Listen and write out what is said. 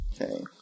Okay